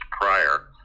prior